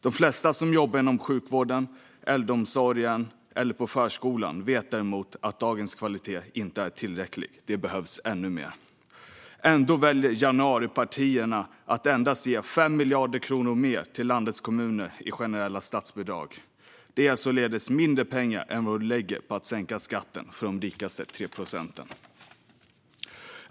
De flesta som jobbar inom sjukvården, inom äldreomsorgen eller på förskolan vet däremot att dagens kvalitet inte är tillräcklig: Det behövs ännu mer. Ändå väljer januaripartierna att endast ge 5 miljarder kronor mer till landets kommuner i generella statsbidrag. Det är således mindre pengar än vad de lägger på att sänka skatten för de rikaste 3 procenten.